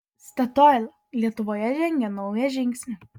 statoil lietuvoje žengia naują žingsnį